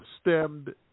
stemmed